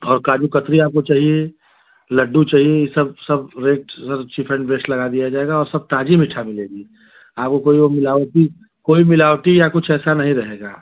और काजू कतली आपको चाहिए लड्डू चाहिए यह सब सब rate sir cheap and best लगा दिया जाएगा और सब ताज़ा मीठा मिलेगा आपको कोई और मिलावटी कोई मिलावटी या कुछ ऐसा नहीं रहेगा